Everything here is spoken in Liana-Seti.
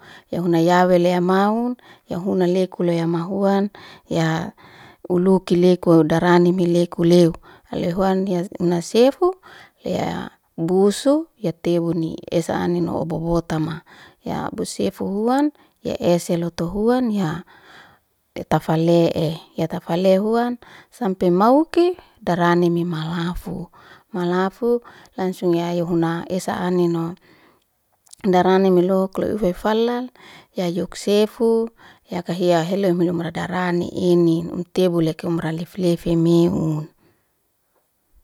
Ya huna ya wele amaun ya leku leu ama huan, ya uliki leku udarani mi leku leu loy huan hias muna sefu lea busu ya tebuni esa anino bobotama ya busefu huan ya ese lotu huan ya etefalae'e ta fale huan sampe mauki daranimi malafu, malafu langsung yayu huna esa anino, darani melohuk loy hufa fala ya yok sefu yaka hia heloy um radarani inin im tebu leke umra lef- lefi meun.